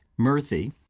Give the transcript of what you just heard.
Murthy